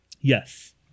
Yes